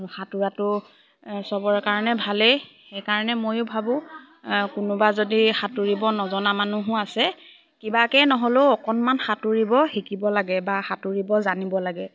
সাঁতোৰাটো চবৰ কাৰণে ভালেই সেইকাৰণে ময়ো ভাবোঁ কোনোবা যদি সাঁতুৰিব নজনা মানুহো আছে কিবাকেই নহ'লেও অকণমান সাঁতুৰিব শিকিব লাগে বা সাঁতুৰিব জানিব লাগে